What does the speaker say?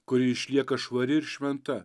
kuri išlieka švari ir šventa